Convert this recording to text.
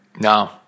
no